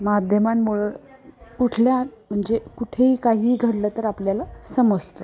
माध्यमांमुळं कुठल्या म्हणजे कुठेही काहीही घडलं तर आपल्याला समजतं